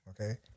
okay